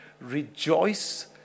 Rejoice